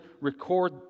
record